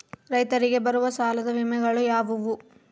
ರೈತರಿಗೆ ಬರುವ ಸಾಲದ ವಿಮೆಗಳು ಯಾವುವು?